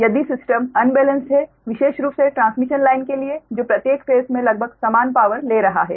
यदि system unbalanced है विशेष रूप से ट्रांसमिशन लाइन के लिए जो प्रत्येक फेस में लगभग समान पावर ले जा रहा है